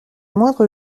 moindre